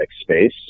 space